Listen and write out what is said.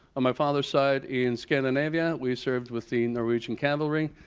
my father's side in scandinavia we serve with the norwegian cavalry.